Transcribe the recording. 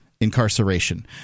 incarceration